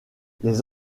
les